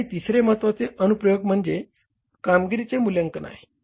आणि तिसरे महत्त्वाचे अनुप्रयोग म्हणजे कामगिरीचे मूल्यांकन आहे